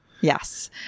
Yes